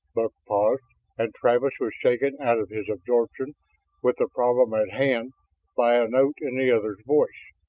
buck paused and travis was shaken out of his absorption with the problem at hand by a note in the other's voice.